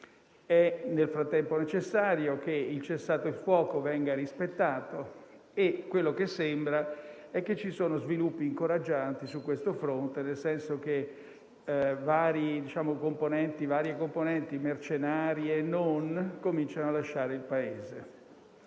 È, nel frattempo, necessario che il cessate il fuoco venga rispettato e sembra vi siano sviluppi incoraggianti su questo fronte, nel senso che varie componenti, mercenari e non, cominciano a lasciare il Paese.